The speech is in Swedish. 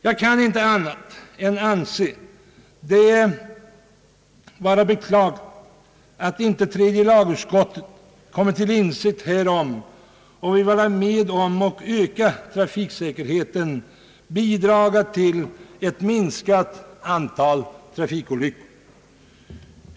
Jag kan inte annat än anse det vara beklagligt att tredje lagutskottet inte kommit till insikt härom och vill vara med om att öka trafiksäkerheten, bidraga till ett minskat antal trafikolyckor.